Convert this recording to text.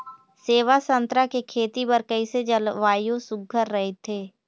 सेवा संतरा के खेती बर कइसे जलवायु सुघ्घर राईथे?